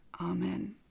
Amen